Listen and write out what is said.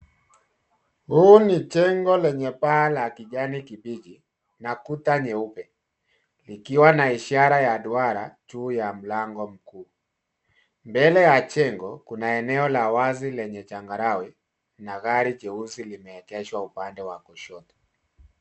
Huu ni jengo lenye paa la kijani kibichi na kuta nyeupe, ikiwa na ishara ya duara juu ya mlango mkuu. Mbele ya jengo kuna eneo la wazi lenye changarawe na gari jeusi limeegeshwa upande wa kushoto.